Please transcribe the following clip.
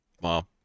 Wow